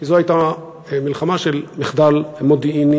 כי זו הייתה מלחמה של מחדל מודיעיני,